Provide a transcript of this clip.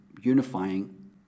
unifying